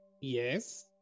Yes